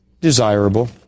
desirable